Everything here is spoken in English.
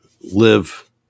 live